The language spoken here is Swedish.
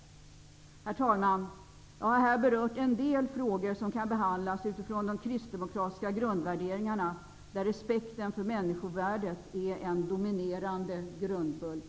Herr talman! Jag har här berört en del frågor som kan behandlas utifrån de kristdemokratiska grundvärderingarna, där respekten för människovärdet är en dominerande grundbult.